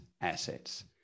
assets